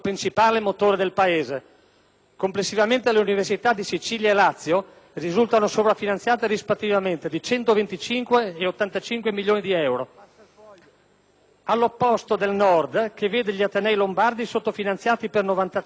Complessivamente, le università di Sicilia e Lazio risultano sovrafinanziate rispettivamente di 125 e 85 milioni di euro; l'opposto del Nord, che vede gli atenei lombardi sottofinanziati per 93 milioni di euro,